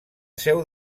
seu